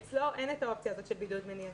אצלו אין את האופציה הזאת של בידוד מניעתי,